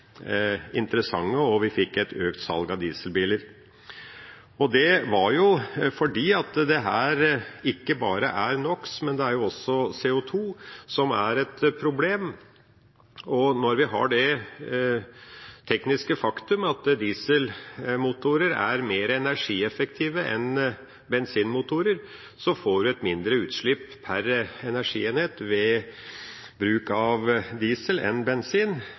interessante, og vi fikk et økt salg av dem. Det er fordi det ikke bare er NOx som er et problem, men også CO2, og når vi har det tekniske faktum at dieselmotorer er mer energieffektive enn bensinmotorer, får en mindre utslipp per energienhet ved bruk av diesel enn ved bruk av bensin,